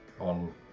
on